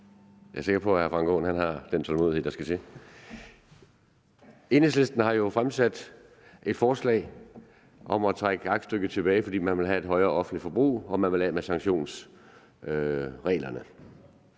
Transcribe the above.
Jeg er sikker på, at hr. Frank Aaen har den tålmodighed, der skal til. Enhedslisten har jo fremsat et forslag om at trække aktstykket tilbage, fordi man vil have et højere offentligt forbrug og man vil af med sanktionsreglerne.